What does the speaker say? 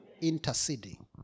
Interceding